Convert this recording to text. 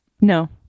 No